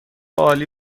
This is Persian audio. عالی